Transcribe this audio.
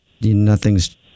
Nothing's